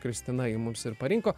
kristina jį mums ir parinko